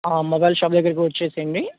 ఆ mobile shop దగ్గరకి వచ్చేయండి